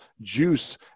juice